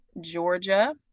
Georgia